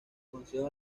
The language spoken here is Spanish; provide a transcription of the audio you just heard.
consejo